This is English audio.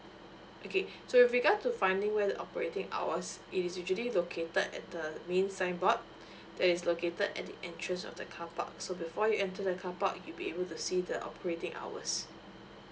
okay so with regard to finding where the operating hours it is usually located at the main signboard that is located at the entrance of the car park so before you enter the car park you'll be able to see the operating hours